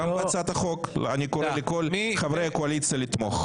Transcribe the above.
אני קורא לכל חברי הקואליציה לתמוך.